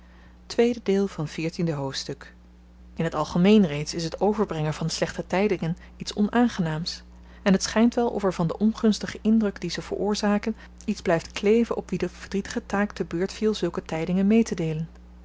ontwikkelen in t algemeen reeds is het overbrengen van slechte tydingen iets onaangenaams en t schynt wel of er van den ongunstigen indruk dien ze veroorzaken iets blyft kleven op wien de verdrietige taak te beurt viel zulke tydingen meetedeelen